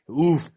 oof